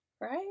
Right